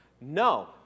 No